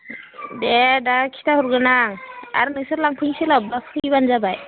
दे दा खिथाहरगोन आं आरो नोंसोर लांफैनो सोलाबोब्ला फैब्लानो जाबाय